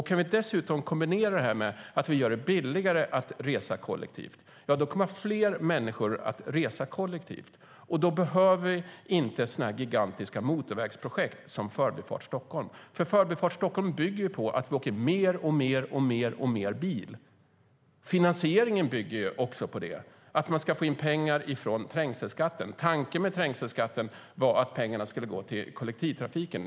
Kan vi dessutom kombinera det här med att vi gör det billigare att resa kollektivt kommer fler människor att resa kollektivt. Då behöver vi inte gigantiska motorvägsprojekt, som Förbifart Stockholm. Förbifart Stockholm bygger ju på att vi åker mer och mer bil. Finansieringen bygger också på det. Man ska få in pengar från trängselskatten. Tanken med trängselskatten var att pengarna skulle gå till kollektivtrafiken.